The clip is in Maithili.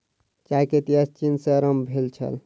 चाय के इतिहास चीन सॅ आरम्भ भेल छल